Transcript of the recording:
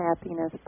happiness